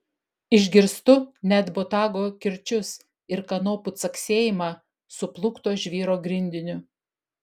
išgirstu net botago kirčius ir kanopų caksėjimą suplūkto žvyro grindiniu